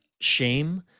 shame